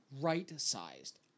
right-sized